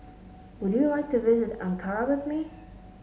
would you like to visit Ankara with me